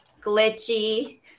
glitchy